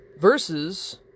Versus